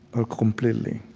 or completely,